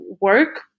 work